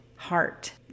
heart